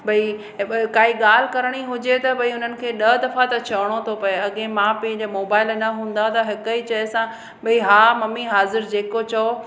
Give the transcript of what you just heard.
भई ऐं काई ॻाल्हि करणी हुजे त भई हुननि खे ॾह दफ़ा त चवणो तो पए अॻिए माउ पीउ जे मोबाइल न हूंदा त हिकु ई चए सां भई हा मम्मी हाज़िरु जेको चओ